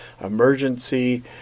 emergency